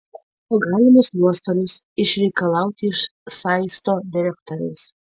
o galimus nuostolius išreikalauti iš saisto direktoriaus